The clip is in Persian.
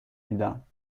میدم